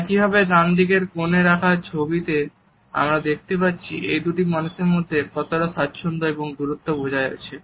একইভাবে ডান দিকের কোণে রাখা ছবি তে আমরা দেখতে পাচ্ছি এই দুটি মানুষের মধ্যে কতটা স্বাচ্ছন্দ্য এবং দূরত্ব বজায় আছে